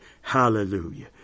Hallelujah